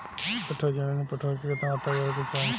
एक कट्ठा जमीन में पोटास के केतना मात्रा देवे के चाही?